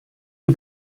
die